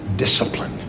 discipline